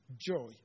joy